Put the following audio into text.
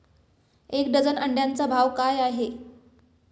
एक डझन अंड्यांचा भाव काय आहे?